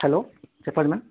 hello చెప్పండి ma'am